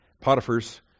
potiphar's